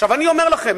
אני אומר לכם,